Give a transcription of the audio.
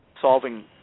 solving